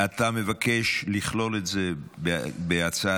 אתה מבקש לכלול את זה בסדר-היום